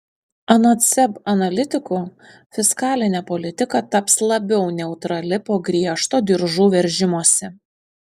anot seb analitikų fiskalinė politika taps labiau neutrali po griežto diržų veržimosi